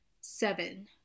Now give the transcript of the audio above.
Seven